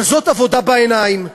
אבל זאת עבודה בעיניים.